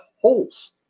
holes